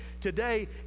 today